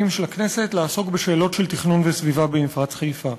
של הכנסת לעסוק בשאלות של תכנון וסביבה במפרץ חיפה.